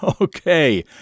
Okay